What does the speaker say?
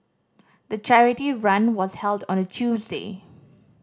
the charity run was held on a Tuesday